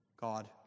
God